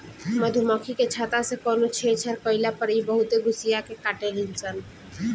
मधुमखी के छत्ता से कवनो छेड़छाड़ कईला पर इ बहुते गुस्सिया के काटेली सन